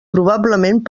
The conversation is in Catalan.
probablement